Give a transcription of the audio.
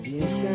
Yes